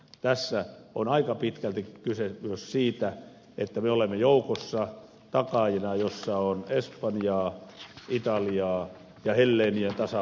tässä on aika pitkälti kyse myös siitä että me olemme takaajina joukossa jossa on espanjaa italiaa ja helleenien tasavaltaa